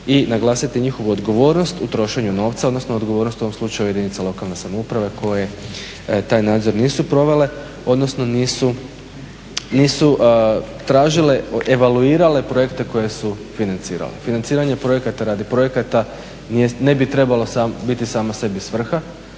i naglasiti njihovu odgovornost u trošenju novca, odnosno odgovornost u ovom slučaju jedinica lokalne samouprave koje taj nadzor nisu provele, odnosno nisu tražile, evaluirale projekte koje su financirale. Financiranje projekata radi projekata ne bi trebala biti sama sebi svrha